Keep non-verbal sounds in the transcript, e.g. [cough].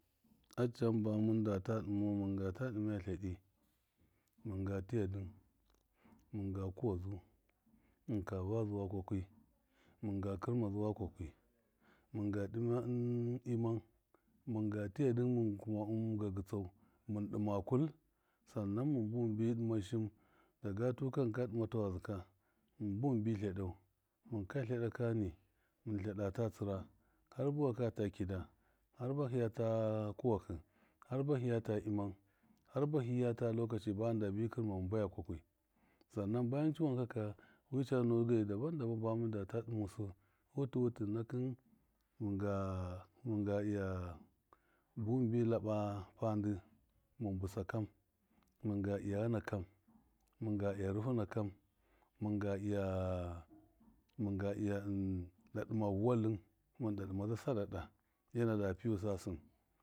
A cam ba mɨndata dɨmau mɨnga ta dɨma tledɨ, mɨnga tiya dɨm mɨnga kuwa zu, mɨnga vazuwa kwakwi, mɨnga kɨrma zuwa kwakwi minga dɨma in ɨmam? Mɨnga tiya dɨm mɨn kuma gagitsau, mɨn dɨma kul sannan mɨn buwɨn mɨnbi dɨma shɨna daga tuka mɨnka dɨma tawazɨ kamɨn buwɨn bi tladau mɨn ka tleda kani, mɨn tleda ta tsṫra har buwaka kida har bahiya ta kuwa kɨhar bahiya ta imam har bahiyata lɔkaci bamɨn dabi kirma mɨn baya kwakwi sannan bayancin wan kaka wa cananɔ geyi dabam dabam ba mɨndata dɨmusṫ wuti wutɨ nakɨn mɨnga- minga iya buwɨn mɨnbi laba pandɨ mɨn bɨsa kam mɨnga lya ghana kani, mɨnga lya rufuna kam mɨnga lya- mɨnga lya [hesitation] daɗɨma valɨm, mɨn, daɗɨmaza sa ɗaɗa enada piyusa sɨm.